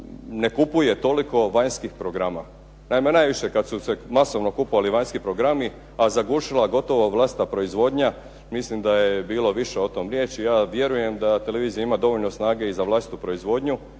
ne kupuje toliko vanjskih programa. Naime, najviše kad su se masovno kupovali vanjski programi a zagušila gotovo vlastita proizvodnja mislim da je bilo više o tome riječi. Ja vjerujem da televizija ima dovoljno snage i za vlastitu proizvodnju